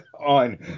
on